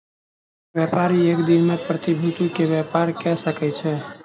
व्यापारी एक दिन में प्रतिभूति के व्यापार कय सकै छै